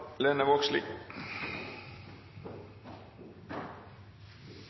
Lene Vågslid